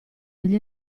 degli